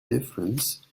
difference